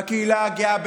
בקהילה הגאה,